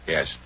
Yes